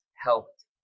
helped